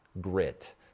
grit